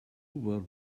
were